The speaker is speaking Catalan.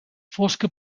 fosca